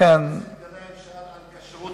חבר הכנסת